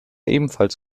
ebenfalls